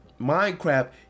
Minecraft